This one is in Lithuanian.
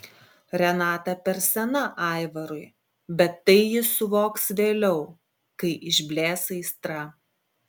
renata per sena aivarui bet tai jis suvoks vėliau kai išblės aistra